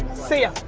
see ya.